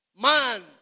Man